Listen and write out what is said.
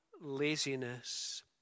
laziness